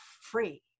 free